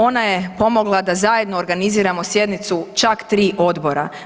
Ona je pomogla da zajedno organiziramo sjednicu čak 3 odbora.